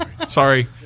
Sorry